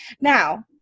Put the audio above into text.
Now